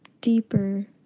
deeper